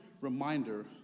reminder